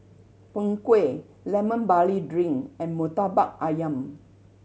Png Kueh Lemon Barley Drink and Murtabak Ayam